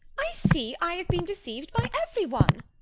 i see i have been deceived by every one!